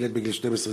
ילד בגיל 12,